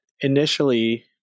initially